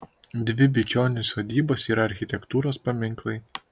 dvi bičionių sodybos yra architektūros paminklai